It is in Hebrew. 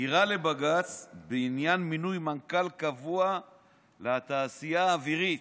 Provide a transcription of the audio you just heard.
"עתירה לבג"ץ בעניין מינוי מנכ"ל קבוע לתעשייה האווירית,